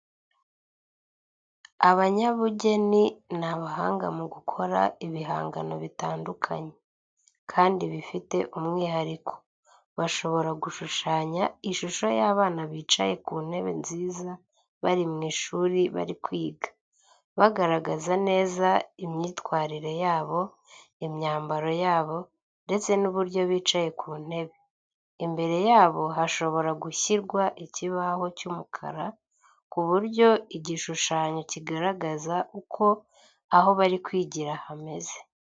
Abanyabugeni, ni abahanga mu gukora ibihangano bitandukanye, kandi bifite umwihariko. Bashobora gushushanya ishusho y'abana bicaye ku ntebe nziza bari mu ishuri bari kwiga, bagaragaza neza imyitwarire yabo, imyambaro yabo, ndetse n'uburyo bicaye ku ntebe. Imbere yabo hashobora gushyirwa ikibaho cy'umukara, ku buryo igishushanyo kigaragaza uko aho bari kwigira hameze.